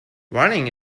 running